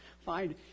find